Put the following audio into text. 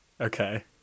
okay